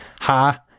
Ha